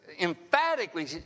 emphatically